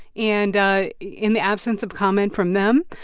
and in the absence of comment from them,